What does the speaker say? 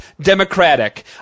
Democratic